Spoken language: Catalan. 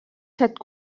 set